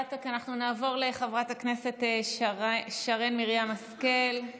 אנחנו נעבור לחברת הכנסת שרן מרים השכל,